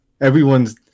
Everyone's